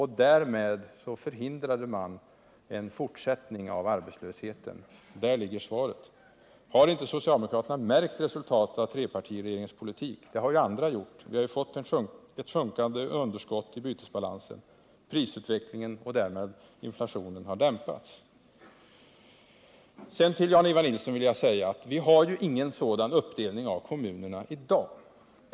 Därmed förhindrade man en fortsättning av arbetslösheten. Där ligger svaret. Har inte socialdemokraterna märkt resultaten av trepartiregeringens politik? Det har ju andra gjort. Vi har fått ett sjunkande underskott i bytesbalansen. Prisutvecklingen och därmed inflationen har dämpats. Sedan vill jag säga till Jan-Ivan Nilsson, att vi har inger sådan uppdelning av kommunerna i dag.